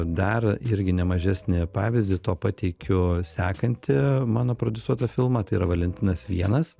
dar irgi nemažesnį pavyzdį to pateikiu sekantį mano prodiusuotą filmą tai yra valentinas vienas